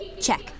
Check